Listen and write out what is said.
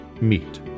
meet